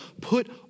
put